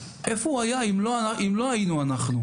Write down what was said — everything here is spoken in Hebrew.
איפה הוא היה אם לא היינו אנחנו.